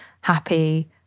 happy